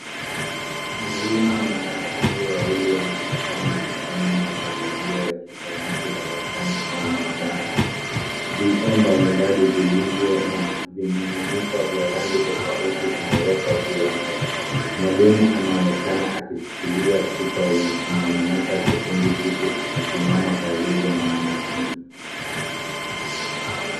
Mwalimu na wanafunzi wawili wanaonekana wakifanya majaribio ya kisayansi darasani au mahabara. Vioo mbalimbali vilivyo na vimiminika vya rangi tofauti vimewekwa juu ya meza. Mwalimu anaonekana akishikilia chupa yenye kimiminika chekundu huku akisimama karibu na mwanafunzi